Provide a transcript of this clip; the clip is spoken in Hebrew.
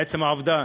עצם העובדה